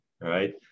right